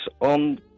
on